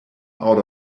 out